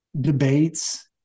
debates